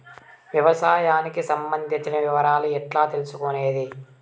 వ్యవసాయానికి సంబంధించిన వివరాలు ఎట్లా తెలుసుకొనేది?